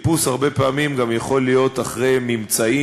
חיפוש הרבה פעמים יכול להיות גם אחרי ממצאים,